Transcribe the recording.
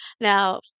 Now